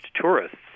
tourists